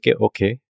okay